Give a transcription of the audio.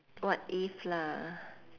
what if lah